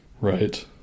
right